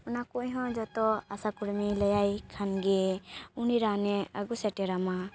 ᱚᱱᱟ ᱠᱚᱦᱚᱸ ᱡᱚᱛᱚ ᱟᱥᱟ ᱠᱚᱨᱢᱤᱭ ᱞᱟᱹᱭᱟᱭ ᱠᱷᱟᱱᱜᱮ ᱩᱱᱤ ᱨᱟᱱᱮ ᱟᱹᱜᱩ ᱥᱮᱴᱮᱨᱟᱢᱟ